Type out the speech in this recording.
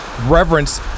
reverence